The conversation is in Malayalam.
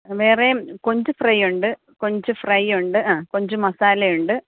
വേറെയും കൊഞ്ച് ഫ്രൈ ഉണ്ട് കൊഞ്ച് ഫ്രൈ ഉണ്ട് ആ കൊഞ്ച് മസാലയുണ്ട്